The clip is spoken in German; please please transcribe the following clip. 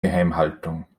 geheimhaltung